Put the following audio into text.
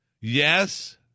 yes